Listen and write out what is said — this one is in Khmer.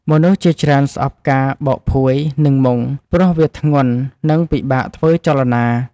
មនុស្សជាច្រើនស្អប់ការបោកភួយ និងមុង ព្រោះវាធ្ងន់ និងពិបាកធ្វើចលនា។